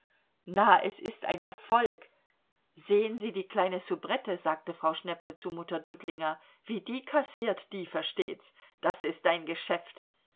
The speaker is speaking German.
na es ist ein erfolg sehen sie die kleine soubrette sagte frau schnepfe zu mutter dudlinger wie die kassiert die versteht's das ist ein geschäft